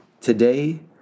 Today